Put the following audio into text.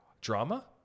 Drama